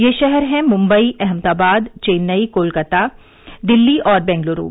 ये शहर हैं मुम्बई अहमदाबाद चेन्नई कोलकाता दिल्ली और बैंगलुरु